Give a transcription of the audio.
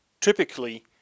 typically